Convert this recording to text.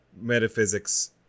metaphysics